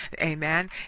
Amen